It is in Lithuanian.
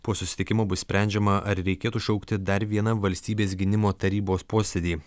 po susitikimo bus sprendžiama ar reikėtų šaukti dar vieną valstybės gynimo tarybos posėdį